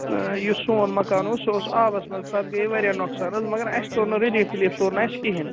یُس سون مکان اوس سُہ اوس آبَس منٛز پتہٕ گٔے واریاہ نۄقصان حظ مگر اَسہِ توٚر نہٕ رِلیٖف وِلیٖف توٚر نہٕ اَسہِ کِہیٖنۍ